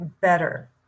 Better